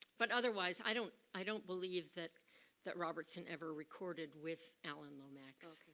but otherwise i don't i don't believe that that robertson ever recorded with alan lomax,